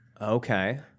Okay